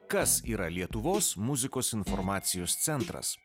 kas yra lietuvos muzikos informacijos centras